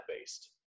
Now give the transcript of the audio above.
based